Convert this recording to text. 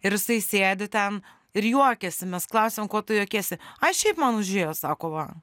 ir jisai sėdi ten ir juokiasi mes klausiam ko tu juokiesi ai šiaip man užėjo sako va